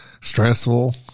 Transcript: Stressful